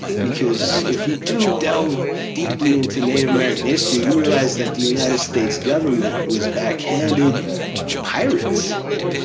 because if you do delve deeply into native american history, you realize that the united states government was backhanded pirates.